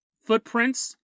footprints